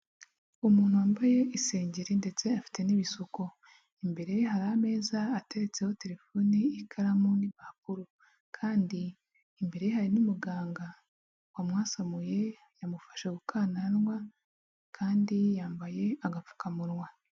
Umuntu wambaye isengeri ndetse afite n'ibisuko, imbere ye hari ameza ateretseho terefoni, ikaramu n'impapuro kandi imbereye hari n'umuganga, wamwasamuye amufashe ku kananwa kandi yambaye agapfukamunwa.